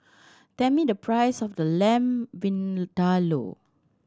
tell me the price of the Lamb Vindaloo